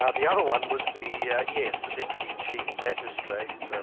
ah the other one was the, yeah yes, the deputy chief magistrate,